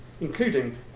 including